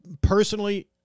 Personally